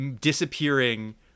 disappearing